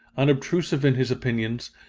unobtrusive in his opinions,